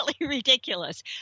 ridiculous